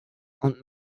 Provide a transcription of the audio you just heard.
und